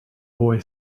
boy